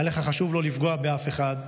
היה לך חשוב לא לפגוע באף אחד,